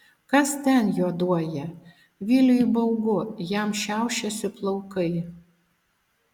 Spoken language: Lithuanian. kas ten juoduoja viliui baugu jam šiaušiasi plaukai